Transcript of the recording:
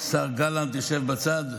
השר גלנט יושב בצד.